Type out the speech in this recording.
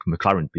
McLaren